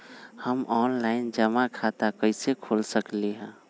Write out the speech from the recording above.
हम ऑनलाइन जमा खाता कईसे खोल सकली ह?